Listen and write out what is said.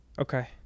Okay